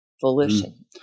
volition